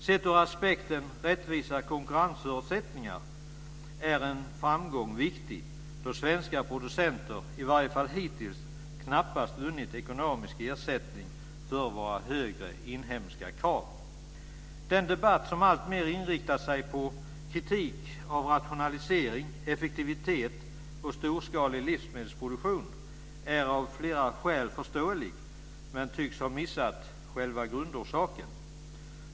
Sett ur aspekten rättvisa konkurrensförutsättningar är en framgång viktig, då svenska producenter, i varje fall hittills, knappast vunnit ekonomisk ersättning för våra högre inhemska krav. Den debatt som alltmer inriktat sig på kritik av rationalisering, effektivitet och storskalig livsmedelsproduktion är av flera skäl förståelig men tycks ha missat själva grundorsaken.